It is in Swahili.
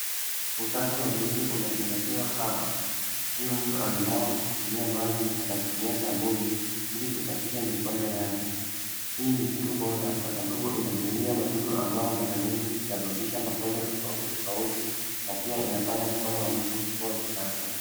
Usafi wa mwili unazingatiwa hapa. Huyu mtu ananawa kwa kutumia maji na kutumia sabuni ili kusafisha mikono yake. Hii ni kitu bora kwa sababu inazuia wadudu ambao mara mingi husababisha magonjwa tofauti tofauti na pia inafanya mkono wa mtu kuwa msafi.